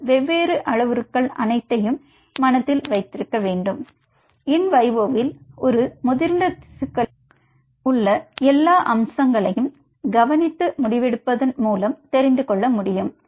இந்த வெவ்வேறு அளவுருக்கள் அனைத்தையும் நீங்கள் மனதில் வைத்திருக்க வேண்டும் இன் விவோவில் ஒரு முதிர்ந்த திசுக்களில் உள்ள எல்லா அம்சங்களையும் கவனித்து முடிவெடுப்பதன் மூலம் தெரிந்து கொள்ள முடியும்